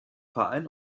verein